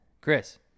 Chris